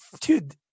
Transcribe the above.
dude